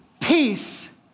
Peace